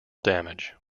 damage